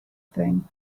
thing